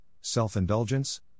self-indulgence